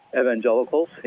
evangelicals